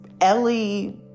Ellie